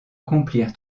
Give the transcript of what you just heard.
accomplir